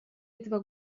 этого